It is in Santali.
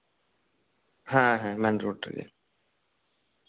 ᱦᱮᱸ ᱦᱮᱸ ᱢᱮᱱ ᱨᱚᱰ ᱨᱮᱜᱮ